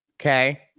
Okay